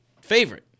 favorite